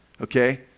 okay